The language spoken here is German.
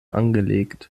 angelegt